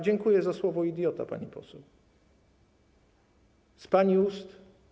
Dziękuję za słowo „idiota”, pani poseł, z pani ust.